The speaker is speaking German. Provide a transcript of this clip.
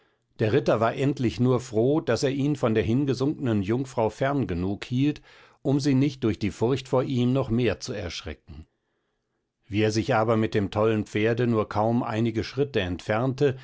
der ritter war endlich nur froh daß er ihn von der hingesunknen jungfrau fern genug hielt um sie nicht durch die furcht vor ihm noch mehr zu erschrecken wie er sich aber mit dem tollen pferde nur kaum einige schritte entfernte